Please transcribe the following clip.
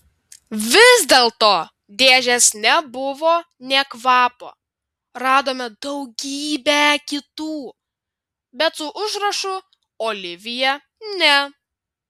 vis dėlto dėžės nebuvo nė kvapo radome daugybę kitų bet su užrašu olivija ne